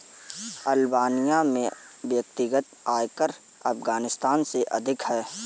Albania में व्यक्तिगत आयकर अफ़ग़ानिस्तान से अधिक है